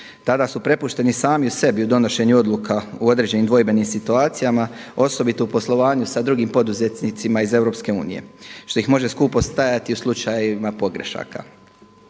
Tada su prepušteni sami sebi u donošenju odluka u određenim dvojbenim situacijama, osobito u poslovanju sa drugim poduzetnicima iz EU, što ih može skupo stajati u slučajevima pogrešaka.